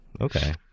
okay